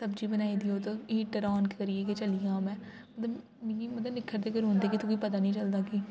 सब्जी बनाइयै देओ ते हीटर ओन करियै गै चली जां में मी मतलब निक्खरदे गै रौंह्नदे कि तुगी पता नी चलदा कि